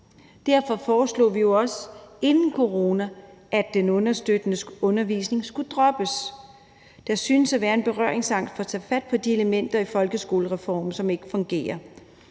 Derfor foreslog vi jo også inden corona, at den understøttende undervisning skulle droppes. Der synes at være en berøringsangst for at tage fat på de elementer i folkeskolereformen, som ikke fungerer.